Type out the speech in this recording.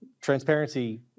Transparency